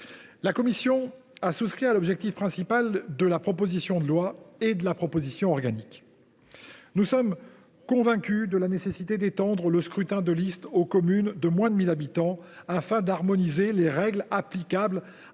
La commission a souscrit à l’objectif principal de la proposition de loi et de la proposition de loi organique. Nous sommes convaincus en effet de la nécessité d’étendre le scrutin de liste aux communes de moins de 1 000 habitants afin d’harmoniser les règles applicables